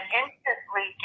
instantly